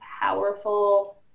powerful